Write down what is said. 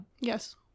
Yes